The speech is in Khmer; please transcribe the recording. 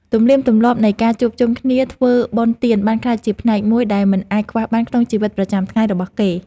ទំនៀមទម្លាប់នៃការជួបជុំគ្នាធ្វើបុណ្យទានបានក្លាយជាផ្នែកមួយដែលមិនអាចខ្វះបានក្នុងជីវិតប្រចាំថ្ងៃរបស់គេ។